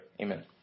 Amen